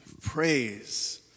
praise